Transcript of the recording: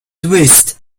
twist